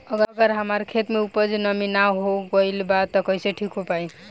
अगर हमार खेत में उपज में नमी न हो गइल बा त कइसे ठीक हो पाई?